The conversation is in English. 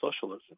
socialism